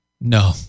no